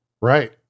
Right